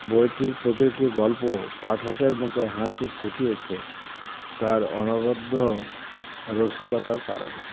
বইটির প্রতিটি গল্প পাঠকের মুখে হাসি ফুটিয়েছে তার অনবদ্ধ্য রসিকতার কারণে